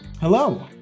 Hello